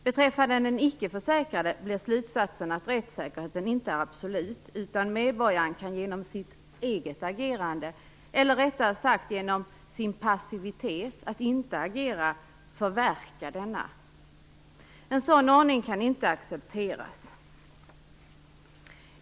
Beträffande de icke försäkrade blir slutsatsen att rättssäkerheten inte är absolut utan kan förverkas genom medborgarens agerande, eller rättare sagt passivitet. En sådan ordning kan inte accepteras.